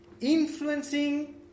influencing